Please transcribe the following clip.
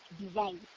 design